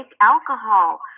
alcohol